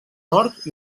hort